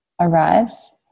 arise